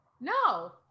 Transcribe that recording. No